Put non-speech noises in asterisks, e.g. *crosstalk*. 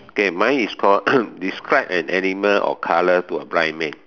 okay mine is called *coughs* describe an animal or colour to a blind man